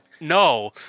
No